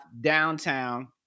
downtown